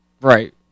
Right